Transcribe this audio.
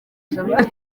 jabana